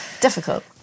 difficult